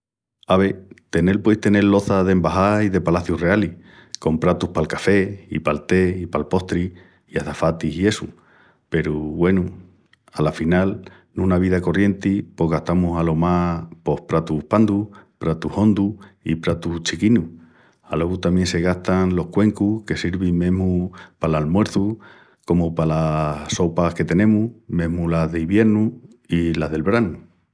Ave, tenel pueis tenel loça d'embaxás i de palacius realis con pratus pal café i pal té i pal postri, i açafatis i essu peru, güenu, afinal, en una vida corrienti pos gastamus alo más pos pratus pandus, pratus hondus i pratus chiquinus. Alogu tamién se gastan los cuencus, que sirvin mesmu pal almuerçu comu pa tolas sopas que tenemus, mesmu las d'iviernu i las del branu.